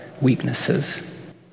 weaknesses